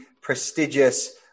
prestigious